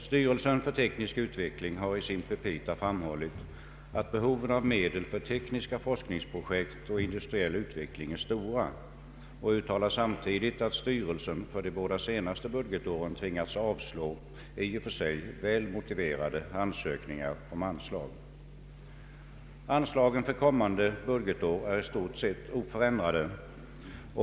Styrelsen för teknisk utveckling har i sina petita framhållit, att behoven av medel för tekniska forskningsprojekt och industriell utveckling är stora, och uttalar samtidigt att styrelsen för de båda senaste budgetåren tvingats avslå i och för sig väl motiverade ansökningar om anslag. Anslagen för kommande budgetår är i stort sett oförändrade.